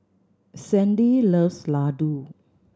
Sandi loves laddu